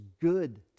good